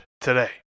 today